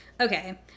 Okay